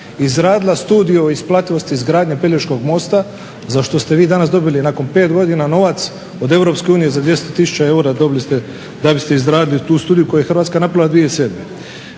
izradila studiju o isplativosti izgradnje Pelješkog mosta za što ste vi danas dobili nakon 5 godina novac od Europske unije, 200 tisuća eura dobili ste da biste izradili tu studiju koju je Hrvatska napravila 2007.